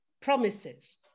promises